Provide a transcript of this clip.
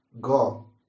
go